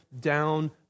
down